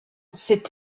cette